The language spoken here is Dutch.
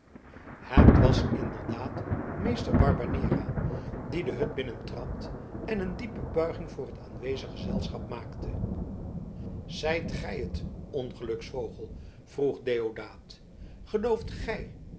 het was inderdaad meester barbanera die de hut binnentrad en een diepe buiging voor het aanwezig gezelschap maakte zijt gij het ongeluksvogel vroeg deodaat gelooft gij